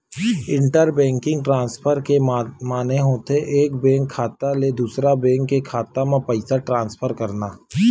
inter banking transfer के माने होथे एक बेंक खाता ले दूसर बेंक के खाता म पइसा ट्रांसफर करना